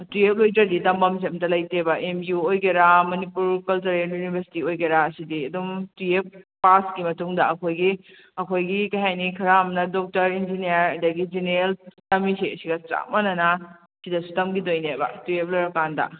ꯇꯨꯌꯦꯜꯐ ꯂꯣꯏꯗ꯭ꯔꯗꯤ ꯇꯝꯐꯝꯁꯦ ꯑꯃꯇ ꯂꯩꯇꯦꯕ ꯑꯦꯝ ꯌꯨ ꯑꯣꯏꯒꯦꯔꯥ ꯃꯅꯤꯄꯨꯔ ꯀꯜꯆꯔꯦꯜ ꯌꯨꯅꯤꯚꯔꯁꯤꯇꯤ ꯑꯣꯏꯒꯦꯔꯥ ꯁꯤꯗꯤ ꯑꯗꯨꯝ ꯇꯨꯌꯦꯜꯐ ꯄꯥꯁꯀꯤ ꯃꯇꯨꯡꯗ ꯑꯩꯈꯣꯏꯒꯤ ꯑꯩꯈꯣꯏꯒꯤ ꯀꯩ ꯍꯥꯏꯅꯤ ꯈꯔ ꯑꯃꯅ ꯗꯣꯛꯇꯔ ꯏꯟꯖꯤꯅꯤꯌꯔ ꯑꯗꯒꯤ ꯖꯦꯅꯦꯔꯦꯜ ꯇꯝꯃꯤꯁꯦ ꯑꯁꯤꯒ ꯆꯞ ꯃꯥꯟꯅꯅ ꯁꯤꯗ ꯇꯝꯈꯤꯗꯣꯏꯅꯦꯕ ꯇꯨꯌꯦꯜꯐ ꯂꯣꯏꯔꯀꯥꯟꯗ